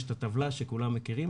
יש את הטבלה שכולם מכירים.